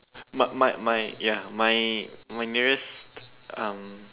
my my my ya my my nearest um